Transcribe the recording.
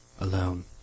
alone